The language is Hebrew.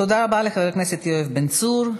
תודה רבה לחבר הכנסת יואב בן צור.